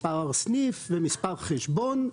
מספר סניף ומספר חשבון.